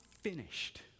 finished